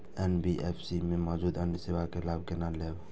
NBFC में मौजूद अन्य सेवा के लाभ केना लैब?